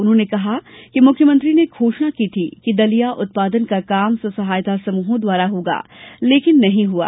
उन्होंने कहा कि मुख्यमंत्री ने घोषणा की थी कि दलिया उत्पादन का काम स्व सहायता समूहों द्वारा होगा लेकिन नहीं हुआ